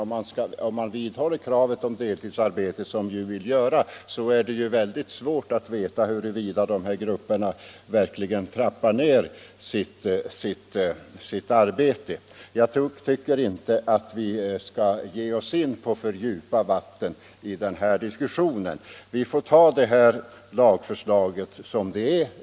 Om man vidhåller kravet på deltidsarbete, som vi vill göra, är det svårt att veta huruvida de här grupperna verkligen trappar ner sitt arbete. Jag tycker inte vi skall ge oss ut på för djupa vatten i den här diskussionen. Vi får ta det här lagförslaget som det är.